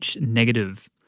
negative